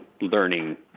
learning